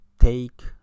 take